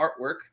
artwork